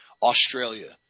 Australia